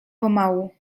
pomału